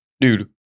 Dude